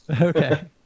Okay